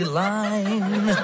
line